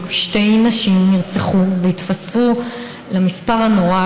שתי נשים נרצחו והתווספו למספר הנורא,